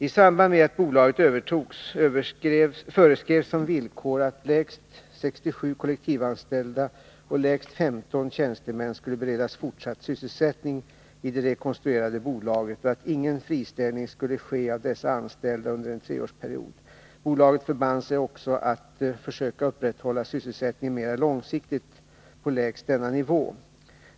I samband med att bolaget övertogs föreskrevs som villkor att lägst 67 kollektivanställda och lägst 15 tjänstemän skulle beredas fortsatt sysselsättningi det rekonstruerade bolaget och att ingen friställning skulle ske av dessa anställda under en treårsperiod. Bolaget förband sig också att försöka upprätthålla sysselsättning mera långsiktigt på lägst denna nivå.